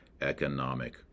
Economic